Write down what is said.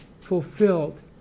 fulfilled